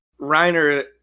Reiner